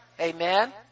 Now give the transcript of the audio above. Amen